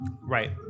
Right